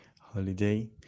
holiday